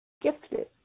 Gifted